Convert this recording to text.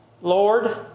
Lord